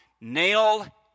Nail